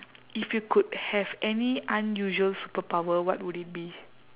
if you could have any unusual superpower what would it be